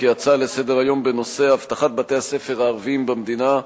כי ההצעה לסדר-היום בנושא אבטחת בתי-הספר הערביים במדינה,